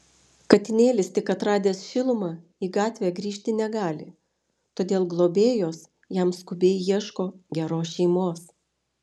katinėlis tik atradęs šilumą į gatvę grįžti negali todėl globėjos jam skubiai ieško geros šeimos